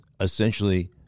essentially